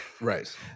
Right